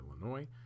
Illinois